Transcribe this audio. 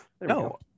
no